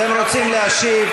אתם רוצים להשיב,